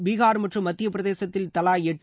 பீகார் மற்றும் மத்திய பிரதேசத்தில் தலா எட்டு